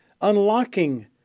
unlocking